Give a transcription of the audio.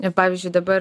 i pavyzdžiui dabar